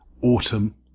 autumn